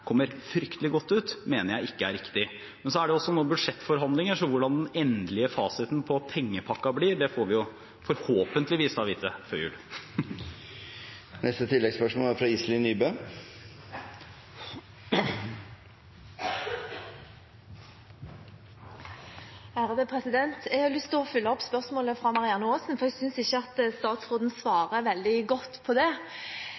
kommer fryktelig godt ut, mener jeg ikke er riktig. Men så er det også nå budsjettforhandlinger, så hvordan den endelige fasiten på pengepakka blir, får vi forhåpentligvis vite før jul. Iselin Nybø – til oppfølgingsspørsmål Jeg har lyst til å følge opp spørsmålet fra Marianne Aasen, for jeg synes ikke at statsråden